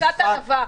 קצת ענווה.